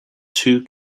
two